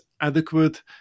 adequate